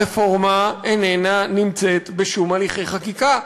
הרפורמה איננה נמצאת בשום הליכי חקיקה.